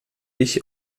ich